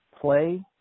play